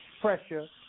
pressure